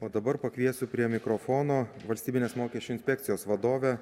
o dabar pakviesiu prie mikrofono valstybinės mokesčių inspekcijos vadovę